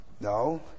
No